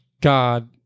god